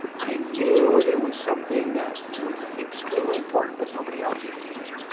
i knew it was something that was extremely important, but nobody else was doing.